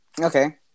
Okay